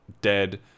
dead